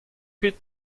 kuit